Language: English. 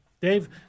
Dave